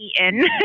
eaten